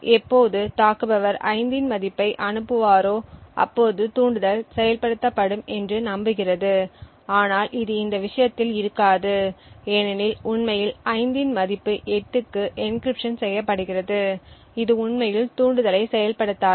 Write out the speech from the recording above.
எப்போது தாக்குபவர் 5 இன் மதிப்பை அனுப்புவாரோ அப்போது தூண்டுதல் செயல்படுத்தப்படும் என்று நம்புகிறது ஆனால் இது இந்த விஷயத்தில் இருக்காது ஏனெனில் உண்மையில் 5 இன் மதிப்பு 8 க்கு எனகிரிப்ட்ஷன் செய்யப்படுகிறது இது உண்மையில் தூண்டுதலை செயல்படுத்தாது